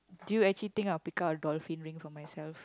do you actually I'll pick up a dolphin ring for myself